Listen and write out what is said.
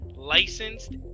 Licensed